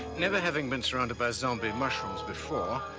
never having been surrounded by zombie mushrooms before,